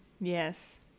Yes